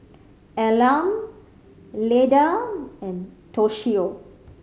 Elam Leda and Toshio